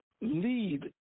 lead